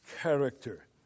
character